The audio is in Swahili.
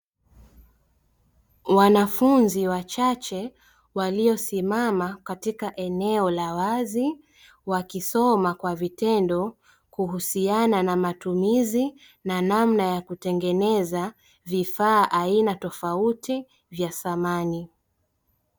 Wanafunzi wachache waliosimama katika eneo la wazi wakisoma Kwa vitendo kuhusiana na matumizi na namna ya kutengeneza vifaaa aina tofauti vya samani.